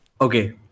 okay